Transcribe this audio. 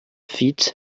fits